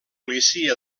policia